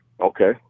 okay